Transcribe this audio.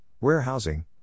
warehousing